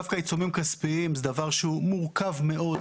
דווקא עיצומים כספיים זה דבר שהוא מורכב מאוד.